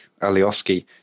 Alioski